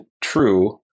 true